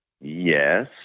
Yes